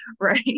right